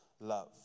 love